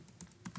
ילדו".